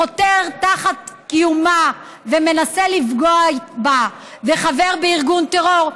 חותר תחת קיומה ומנסה לפגוע בה וחבר בארגון טרור,